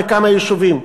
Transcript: בכמה יישובים.